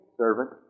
servant